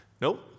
Nope